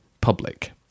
public